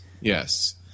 yes